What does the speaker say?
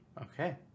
Okay